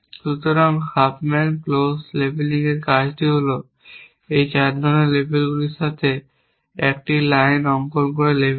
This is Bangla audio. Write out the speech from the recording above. সুতরাং এই হাফম্যান ক্লোজ লেবেলিংয়ের কাজটি হল এই 4 ধরণের লেবেলগুলির সাথে একটি লাইন অঙ্কন লেবেল করা